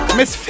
Miss